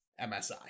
MSI